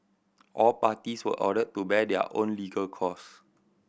all parties were ordered to bear their own legal cost